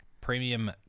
Premium